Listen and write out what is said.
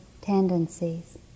tendencies